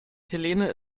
helene